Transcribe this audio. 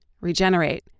regenerate